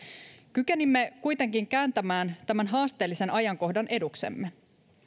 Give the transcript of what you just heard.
kykenimme kuitenkin kääntämään tämän haasteellisen ajankohdan eduksemme